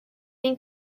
این